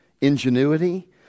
ingenuity